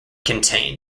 contain